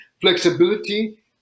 flexibility